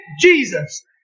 Jesus